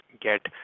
get